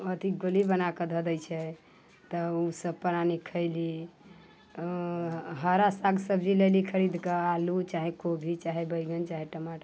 अथी गोली बना कऽ धऽ दै छै तऽ ओ सभ प्राणी खयली हरा साग सब्जी लयली खरीद कऽ आलू चाहे कोबी चाहे बैगन चाहे टमाटर